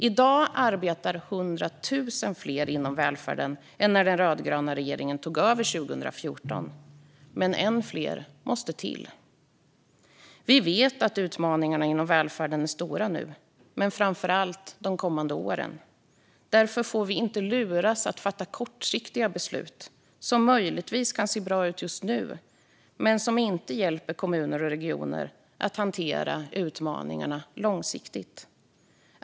I dag arbetar 100 000 fler inom välfärden än när den rödgröna regeringen tog över 2014, men ännu fler måste till. Vi vet att utmaningarna inom välfärden är stora nu men framför allt under de kommande åren. Därför får vi inte luras att fatta kortsiktiga beslut som möjligtvis kan se bra ut just nu men som inte hjälper kommuner och regioner att hantera utmaningarna långsiktigt.